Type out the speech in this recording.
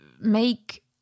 make